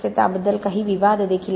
त्याबद्दल काही विवाद देखील आहेत